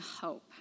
hope